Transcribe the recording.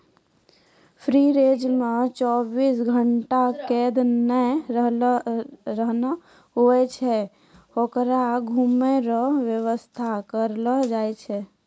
free range मे चौबीस घंटा कैद नै रहना हुवै छै होकरो घुमै रो वेवस्था करलो जाय छै